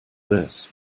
this